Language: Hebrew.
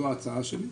זאת ההצעה שלי.